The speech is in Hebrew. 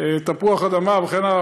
תפוח אדמה וכן הלאה,